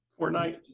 Fortnite